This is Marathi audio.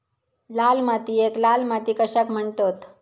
लाल मातीयेक लाल माती कशाक म्हणतत?